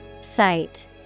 Site